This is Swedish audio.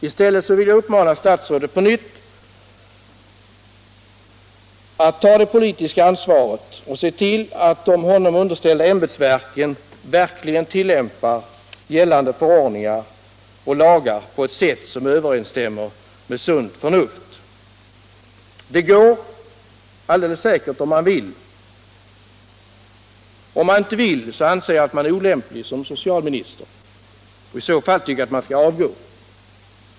I stället vill jag på nytt uppmana statsrådet att ta det politiska ansvaret och se till att de honom underställda ämbetsverken verkligen tillämpar gällande lagar och förordningar på ett sätt som överensstämmer med sunt förnuft. Det går alldeles säkert om man vill. Om man inte vill anser jag att man är olämplig som socialminister, och i så fall tycker jag att man skall avgå.